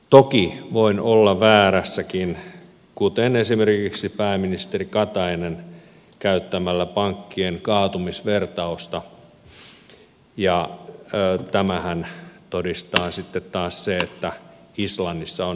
toki voin olla väärässäkin kuten esimerkiksi pääministeri katainen käyttämällä pankkien kaatumisvertausta ja tämänhän todistaa sitten taas se että islannissa on nykyään täystyöllisyys